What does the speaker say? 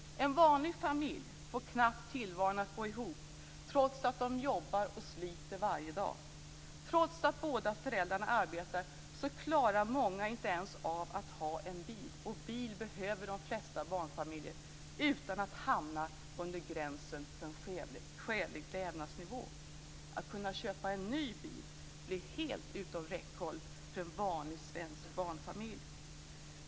En vanlig familj får knappt tillvaron att gå ihop trots att de jobbar och sliter varje dag. Trots att båda föräldrarna arbetar så klarar många inte ens av att ha en bil - och bil behöver de flesta barnfamiljer - utan att hamna under gränsen för en skälig levnadsnivå. Att kunna köpa en ny bil ligger helt utom räckhåll för en vanlig svensk barnfamilj.